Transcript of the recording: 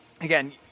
again